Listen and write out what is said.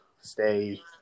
Stay